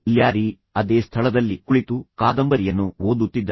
Larry ಅದೇ ಸ್ಥಳದಲ್ಲಿ ಕುಳಿತು ಕಾದಂಬರಿಯನ್ನು ಓದುತ್ತಿದ್ದನು